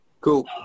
Cool